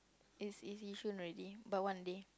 it's is Yishun already but one day